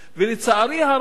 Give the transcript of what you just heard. ולצערי הרב,